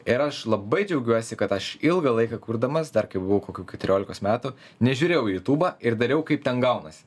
ir aš labai džiaugiuosi kad aš ilgą laiką kurdamas dar kai buvau kokių keturiolikos metų nežiūrėjau į jutūbą ir dariau kaip ten gaunasi